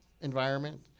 environment